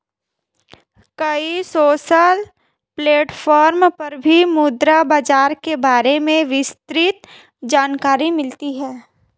कई social platform पर भी मुद्रा बाजार के बारे में विस्तृत जानकरी मिलती है